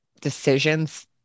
decisions